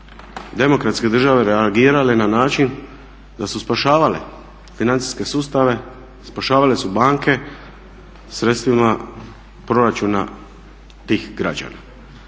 demokratske države reagirale na način da su spašavale financijske sustave, spašavale su banke sredstvima proračuna tih građana.